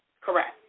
Correct